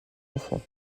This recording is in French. enfant